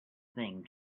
thing